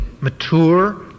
mature